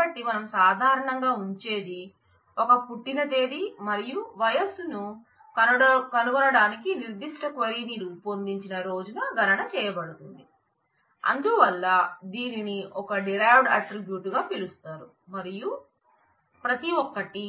కాబట్టి మనం సాధారణంగా ఉంచేది ఒక పుట్టిన తేదీ మరియు వయస్సు ను కనుగొనడానికి నిర్దిష్ట క్వరీ ను రూపొందించిన రోజున గణన చేయబడుతుంది అందువలన దీనిని ఒక డిరైవైడ్ అట్ట్రిబ్యూట్ గా పిలుస్తారు మరియు ప్రతి ఒక్కటి